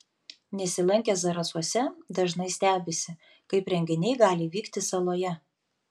nesilankę zarasuose dažnai stebisi kaip renginiai gali vykti saloje